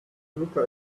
lucca